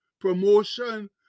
promotion